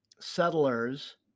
settlers